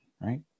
Right